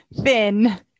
thin